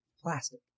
Plastic